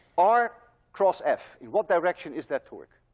r cross f. in what direction is that torque?